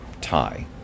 tie